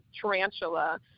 tarantula